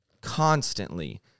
constantly